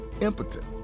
impotent